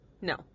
No